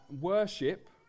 worship